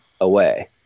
away